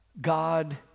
God